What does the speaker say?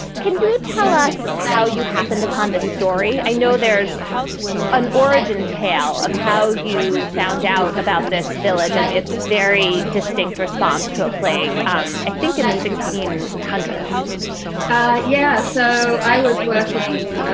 can you tell us how you happened upon this story? i know there's an origin tale of how you found out about this village and its very distinct response to a plague. um i think in the sixteen hundreds yeah. so i was working